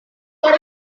telah